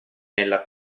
nella